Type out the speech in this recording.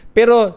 pero